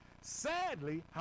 Sadly